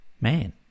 man